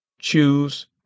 choose